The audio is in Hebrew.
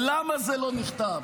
ולמה זה לא נכתב?